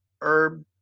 herb